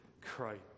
Christ